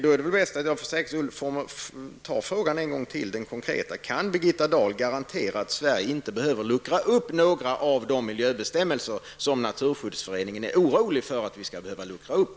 Det är bäst att jag, för säkerhets skull, tar den konkreta frågan en gång till: Kan Birgitta Dahl garantera att Sverige inte behöver luckra upp några av de miljöbestämmelser som Naturskyddsföreningen är orolig för att vi skall behöva luckra upp?